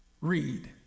Read